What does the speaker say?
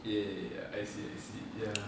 ya ya ya I see I see ya